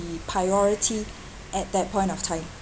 priority at that point of time